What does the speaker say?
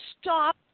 stop